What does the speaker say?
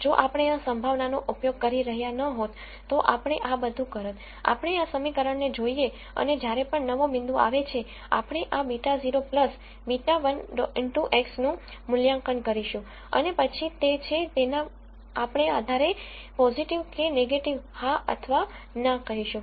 જો આપણે આ સંભાવનાનો ઉપયોગ કરી રહ્યાં ન હોત તો આપણે આ બધું કરત આપણે આ સમીકરણ ને જોઈએ અને જ્યારે પણ નવો બિંદુ આવે છે આપણે આ β0 β1 x નું મૂલ્યાંકન કરીશું અને પછી તે છે તેના આધારે આપણે પોઝિટિવ કે નેગેટીવ હા અથવા ના કહીશું